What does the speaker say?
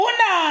Una